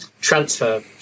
transfer